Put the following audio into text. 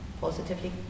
positively